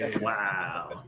Wow